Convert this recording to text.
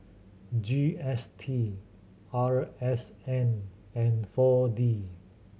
G S T R S N and Four D